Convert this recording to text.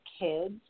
Kids